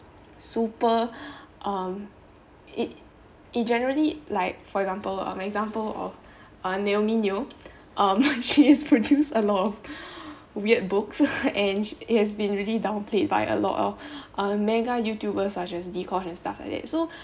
super um it it generally like for example um my example of uh naomi neo um she has produced a lot of weird books and it has been really downplayed by a lot of mega youtubers such as dee kosh and stuff like that so